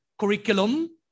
curriculum